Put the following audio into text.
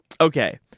Okay